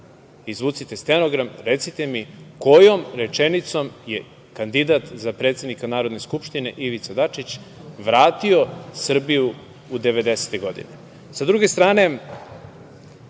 Izvucite stenogram, recite mi kojom rečenicom je kandidat za predsednika Narodne skupštine Ivica Dačić vratio Srbiju u devedesete godine?S druge strane,